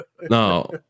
No